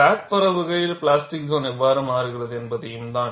crack பரவுகையில் plastic zone எவ்வாறு மாறுகிறது என்பதையும் தான்